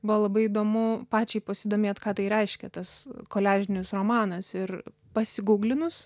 buvo labai įdomu pačiai pasidomėt ką tai reiškia tas koliažinis romanas ir pasigūglinus